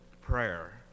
prayer